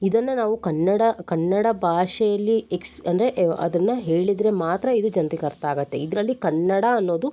ಇದನ್ನು ನಾವು ಕನ್ನಡ ಕನ್ನಡ ಭಾಷೆಯಲ್ಲಿ ಎಕ್ಸ್ ಅಂದರೆ ಅದನ್ನು ಹೇಳಿದರೆ ಮಾತ್ರ ಇದು ಜನ್ರಿಗೆ ಅರ್ಥ ಆಗುತ್ತೆ ಇದರಲ್ಲಿ ಕನ್ನಡ ಅನ್ನೋದು